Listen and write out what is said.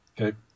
Okay